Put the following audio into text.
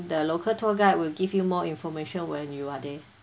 the local tour guide will give you more information when you are there